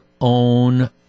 own